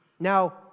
Now